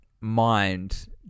mind